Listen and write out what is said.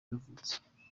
yavutse